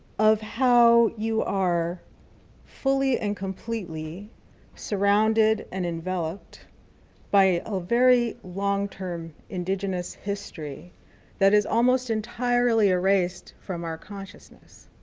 of how you are fully and completely surrounded and enveloped by a very long-term indigenous history that is almost entirely erased from our consciousness.